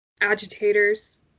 agitators